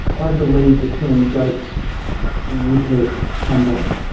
ah i believed that telling jokes would hurt somebody.